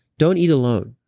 don't eat alone.